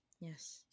Yes